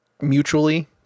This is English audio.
mutually